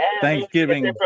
thanksgiving